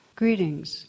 Greetings